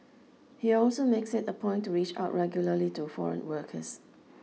he also makes it a point to reach out regularly to foreign workers